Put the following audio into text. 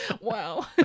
wow